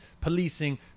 policing